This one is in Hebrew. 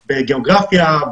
בגיאוגרפיה,